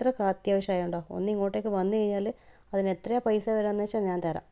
അത്രയ്ക്ക് അത്യവശ്യം ആയതുകൊണ്ടാണ് ഒന്ന് ഇങ്ങോട്ടേക്ക് വന്ന് കഴിഞ്ഞാൽ അതിന് എത്രയാണ് പൈസ വരികയെന്ന് വെച്ചാൽ ഞാന് തരാം